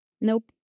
Nope